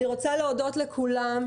אני רוצה להודות לכולם,